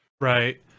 Right